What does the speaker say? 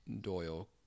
Doyle